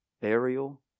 burial